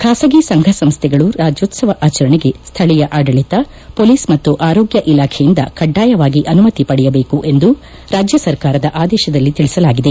ಖಾಸಗಿ ಸಂಘ ಸಂಸ್ಥೆಗಳು ರಾಜ್ಯೋತ್ಸವ ಆಚರಣೆಗೆ ಸ್ಥಳೀಯ ಆಡಳಿತ ಪೊಲೀಸ್ ಮತ್ತು ಆರೋಗ್ಯ ಇಲಾಖೆಯಿಂದ ಕಡ್ಡಾಯವಾಗಿ ಅನುಮತಿ ಪಡೆಯಬೇಕು ಎಂದು ರಾಜ್ಯ ಸರ್ಕಾರದ ಆದೇಶದಲ್ಲಿ ತಿಳಿಸಲಾಗಿದೆ